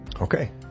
okay